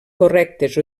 correctes